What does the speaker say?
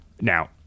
Now